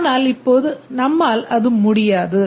ஆனால் இப்போது நம்மால் அது முடியாது